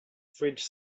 fridge